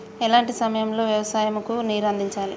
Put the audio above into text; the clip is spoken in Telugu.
ఎలాంటి సమయం లో వ్యవసాయము కు నీరు అందించాలి?